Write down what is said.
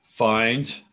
find